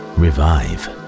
revive